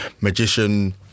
magician